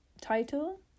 title